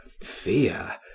fear